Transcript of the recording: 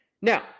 Now